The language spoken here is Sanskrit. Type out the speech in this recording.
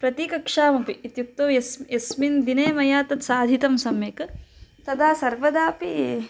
प्रतिकक्ष्यामपि इत्युक्तौ यस् यस्मिन् दिने मया तत् साधितं सम्यक् तदा सर्वदापि